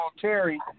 Terry